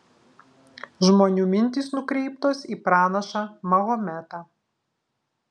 žmonių mintys nukreiptos į pranašą mahometą